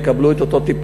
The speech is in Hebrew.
והם יקבלו את אותו טיפול.